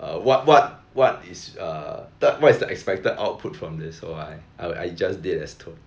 uh what what what is uh what is the expected output from this so I I would I just did as told